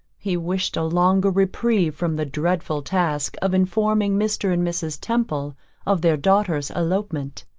he wished a longer reprieve from the dreadful task of informing mr. and mrs. temple of their daughter's elopement.